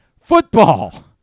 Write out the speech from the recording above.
football